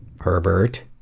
herbert.